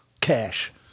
Cash